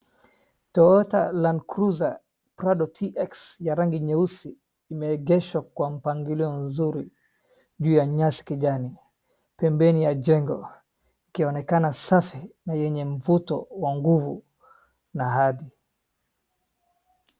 Toyota Land Cruiser Prado TX ya rangi nyeusi imeegeshwa kwa mpangilio nzuri juu ya nyasi kijani. Pembeni ya jengo, ikionekana safi na yenye mvuto wa nguvu na hadi.